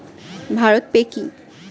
Bharat pay কি?